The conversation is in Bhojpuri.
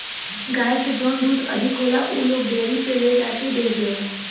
गाय से जौन दूध अधिक होला उ लोग डेयरी पे ले जाके के बेच देवला